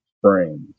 springs